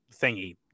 thingy